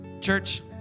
Church